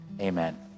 Amen